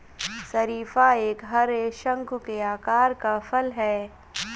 शरीफा एक हरे, शंकु के आकार का फल है